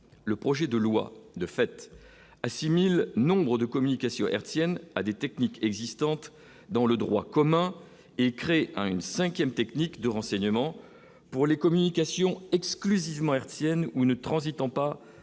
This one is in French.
le projet de loi de fait assimile Nombre de communication à des techniques existantes dans le droit commun et créent un une 5ème techniques de renseignement pour les communications. Allusivement hertziennes ou ne transitant pas par un